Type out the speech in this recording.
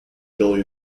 billy